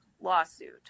lawsuit